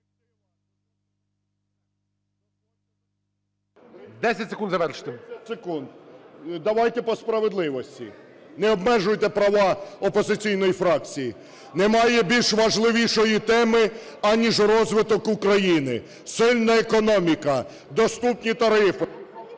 30 секунд. Давайте по справедливості. Не обмежуйте права опозиційної фракції. Немає більш важливішої теми, аніж розвиток України, сильна економіка, доступні тарифи...